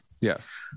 Yes